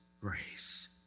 grace